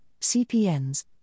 CPNs